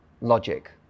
logic